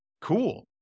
Cool